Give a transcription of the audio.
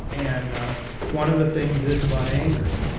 and ah one of the things is about anger.